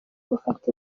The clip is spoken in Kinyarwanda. gufata